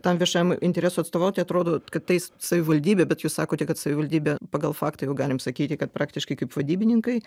tam viešajam interesui atstovauti atrodo kad tai savivaldybė bet jūs sakote kad savivaldybė pagal faktą jau galim sakyti kad praktiškai kaip vadybininkai